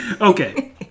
Okay